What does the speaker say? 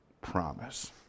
promise